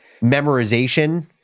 memorization